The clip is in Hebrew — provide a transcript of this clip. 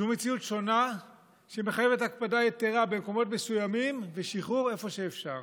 זו מציאות שונה שמחייבת הקפדה יתרה במקומות מסוימים ושחרור איפה שאפשר,